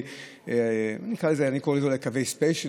אני קורא להם קווי ספיישל,